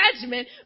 judgment